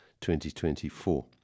2024